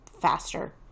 faster